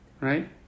Right